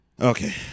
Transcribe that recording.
Okay